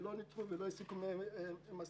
לא ניתחו אותם ולא הסיקו מסקנות.